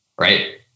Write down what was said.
right